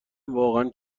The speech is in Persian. واقعا